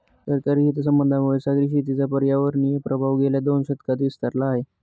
सरकारी हितसंबंधांमुळे सागरी शेतीचा पर्यावरणीय प्रभाव गेल्या दोन दशकांत विस्तारला आहे